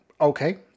okay